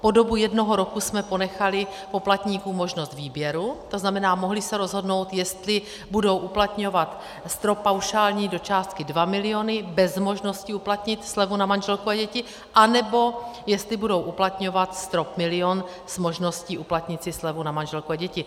Po dobu jednoho roku jsme ponechali poplatníkům možnost výběru, tzn. mohli se rozhodnout, jestli budou uplatňovat paušální strop do částky dva miliony bez možnosti uplatnit slevu na manželku a děti, nebo jestli budou uplatňovat strop milion s možností uplatnit si slevu na manželku a děti.